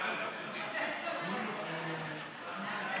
סעיף 1